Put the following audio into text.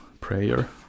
prayer